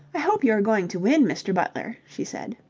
i hope you are going to win, mr. butler, she said.